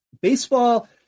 baseball